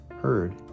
heard